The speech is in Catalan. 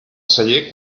celler